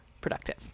productive